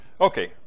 Okay